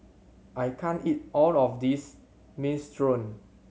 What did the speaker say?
I can't eat all of this Minestrone